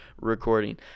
recording